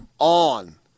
On